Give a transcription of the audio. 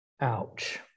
Ouch